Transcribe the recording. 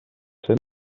cent